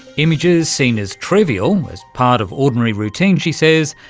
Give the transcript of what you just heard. images seen as trivial, as part of ordinary routine, she says,